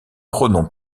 pronoms